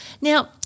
Now